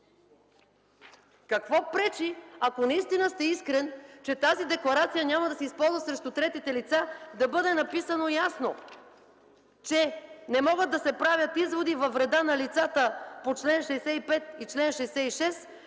Какво пречи, ако наистина сте искрен, че тази декларация няма да се използва срещу третите лица, да бъде написана ясно, че не могат да се правят изводи във вреда на лицата по чл. 65 и чл. 66,